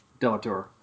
Delator